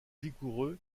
vigoureux